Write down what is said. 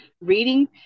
reading